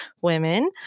women